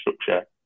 structure